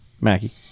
Mackie